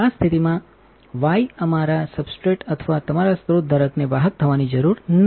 આ સ્થિતિમાં વાયઅમારા સબસ્ટ્રેટ અથવા તમારા સ્રોત ધારકને વાહક થવાની જરૂર નથી